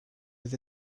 with